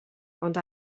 ond